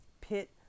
pit